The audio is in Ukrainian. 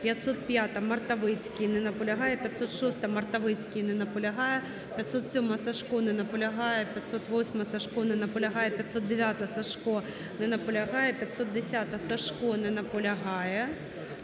505-а, Мартовицький не наполягає. 506-а, Мартовицький не наполягає. 507-а, Сажко не наполягає. 508-а, Сажко не наполягає. 509-а, Сажко не наполягає. 510-а, Сажко не наполягає.